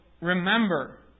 remember